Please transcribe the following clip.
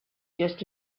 just